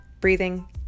breathing